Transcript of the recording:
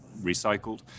recycled